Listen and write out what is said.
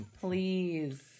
please